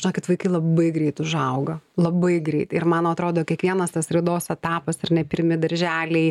žinokit vaikai labai greit užauga labai greit ir man atrodo kiekvienas tas raidos etapas ar ne pirmi darželiai